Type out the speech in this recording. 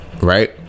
right